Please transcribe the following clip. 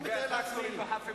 הרוגי הטרקטורים לא חפים